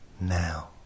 now